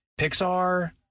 Pixar